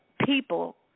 People